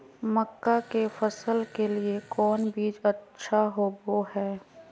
मक्का के फसल के लिए कौन बीज अच्छा होबो हाय?